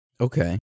okay